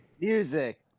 Music